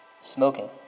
smoking